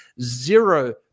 zero